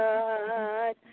God